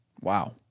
Wow